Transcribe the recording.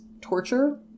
torture